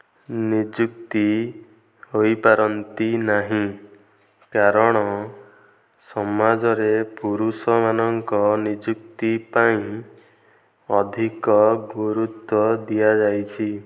ନିଯୁକ୍ତି ହୋଇପାରନ୍ତି ନାହିଁ କାରଣ ସମାଜରେ ପୁରୁଷମାନଙ୍କ ନିଯୁକ୍ତି ପାଇଁ ଅଧିକ ଗୁରୁତ୍ଵ ଦିଆଯାଇଛି